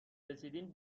رسیدین